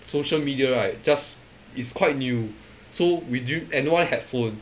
social media right just is quite new so we do and no one had phone